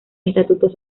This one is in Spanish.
estatutos